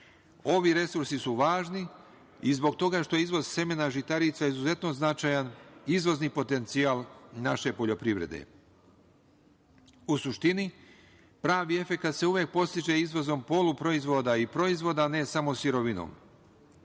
resursi su važni i zbog toga što je izvoz semena žitarica izuzetno značajan izvozni potencijal naše poljoprivrede. U suštini, pravi efekat se podstiče izvozom poluproizvoda i proizvoda, a ne samo sirovinom. Važno